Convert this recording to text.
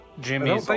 Jimmy